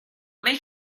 made